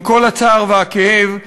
עם כל הצער והכאב,